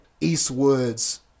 Eastwood's